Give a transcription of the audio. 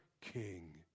king